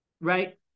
Right